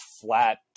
flat